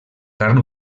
carn